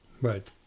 Right